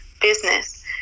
business